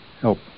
help